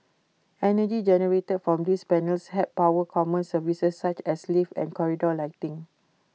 energy generated from these panels help power common services such as lift and corridor lighting